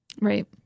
Right